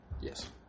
Yes